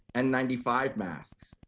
n ninety five masks,